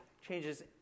Changes